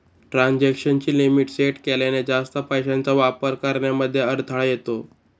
transaction ची limit set केल्याने, जास्त पैशांचा वापर करण्यामध्ये अडथळा येतो